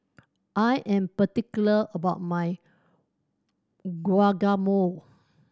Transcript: I am particular about my Guacamole